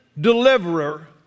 deliverer